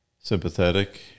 sympathetic